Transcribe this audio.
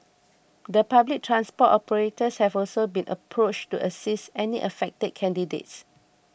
the public transport operators have also been approached to assist any affected candidates